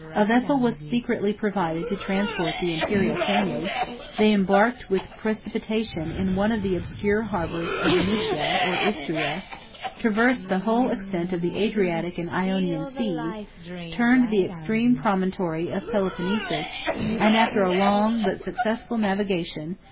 a vessel was secretly provided to transport the imperial family they embarked with precipitation in one of the obscure harbors of venetia, or istria traversed the whole extent of the adriatic and ionian seas turned the extreme promontory of peloponnesus and, after a long, but successful navigation,